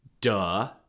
duh